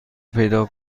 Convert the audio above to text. پیدا